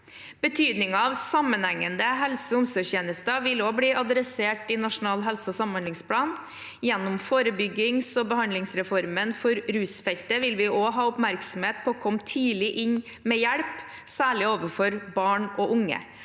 Betydningen av sammenhengende helse- og omsorgstjenester vil også bli tatt opp i Nasjonal helse- og samhandlingsplan. Gjennom forebyggings- og behandlingsreformen for rusfeltet vil vi også ha oppmerksomhet på å komme tidlig inn med hjelp, særlig overfor barn og unge.